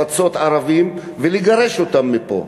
לפצות ערבים ולגרש אותם מפה.